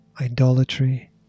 Idolatry